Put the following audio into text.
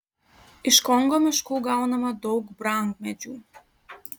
iš kongo miškų gaunama daug brangmedžių